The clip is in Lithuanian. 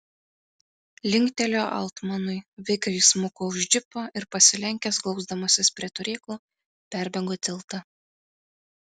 linktelėjo altmanui vikriai smuko už džipo ir pasilenkęs glausdamasis prie turėklų perbėgo tiltą